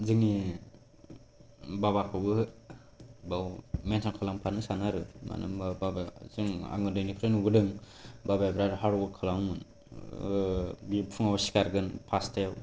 जोंनि बाबाखौबो बेयाव मेनसन खालामफानो सानो आरो मानो होम्बा बाबाजों आं उन्दैनिफ्राय नुबोदों आरो बाबाया बिरात हार्द वर्क खालामोमोन बियो फुङाव सिखारगोन पासटायाव